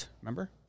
Remember